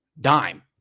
dime